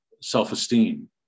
self-esteem